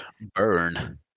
Burn